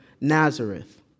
Nazareth